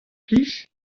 plij